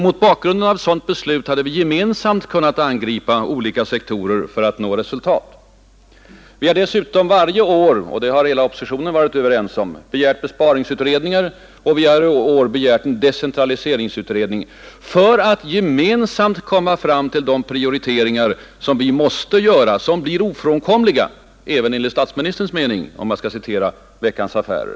Mot bakgrunden av ett sådant beslut hade vi gemensamt kunnat angripa olika sektorer för att nå besparingsresultat. Mitt parti har dessutom varje år — det har för övrigt den borgerliga oppositionen varit överens om — begärt besparingsutredningar och i år dessutom en decentraliseringsutredning för att gemensamt komma fram till de prioriteringar som måste göras, de som blir ofrånkomliga även enligt statsministerns mening, för att citera Veckans Affärer.